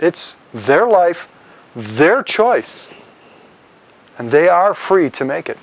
it's their life their choice and they are free to make it